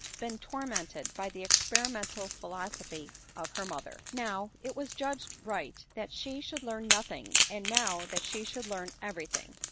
been tormented by the experimental philosophy of her mother. now, it was judged right that she should learn nothing, and now, that she should learn every thing.